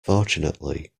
fortunately